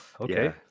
Okay